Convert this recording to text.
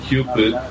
Cupid